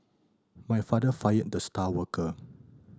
my father fired the star worker